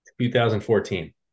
2014